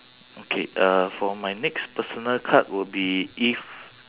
okay uh for my next personal card will be if